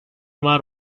var